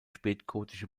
spätgotische